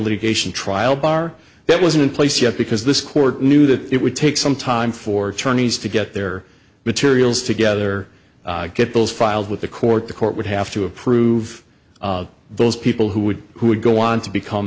litigation trial bar that wasn't in place yet because this court knew that it would take some time for attorneys to get their materials together get bills filed with the court the court would have to approve those people who would who would go on to become